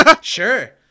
sure